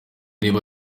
niba